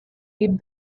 hid